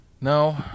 No